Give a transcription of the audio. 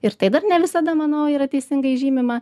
ir tai dar ne visada manau yra teisingai žymima